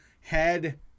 Head